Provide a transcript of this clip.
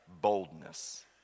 boldness